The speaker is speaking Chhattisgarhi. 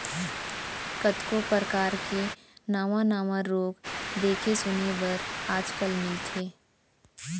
कतको परकार के नावा नावा रोग देखे सुने बर आज काल मिलथे